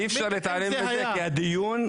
אי אפשר להתעלם מזה כי הדיון,